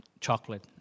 chocolate